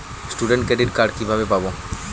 Student credit card কিভাবে পাব?